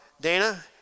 Dana